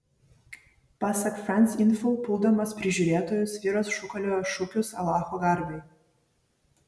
pasak france info puldamas prižiūrėtojus vyras šūkaliojo šūkius alacho garbei